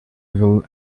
will